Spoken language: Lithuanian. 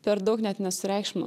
per daug net nesureikšminu